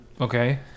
okay